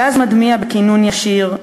גז מדמיע בכינון ישיר,